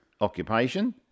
occupation